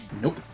Nope